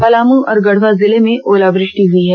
पलामू और गढ़वा जिले में ओलावृष्टि हुई है